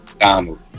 Donald